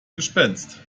gespenst